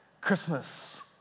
Christmas